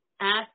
Ask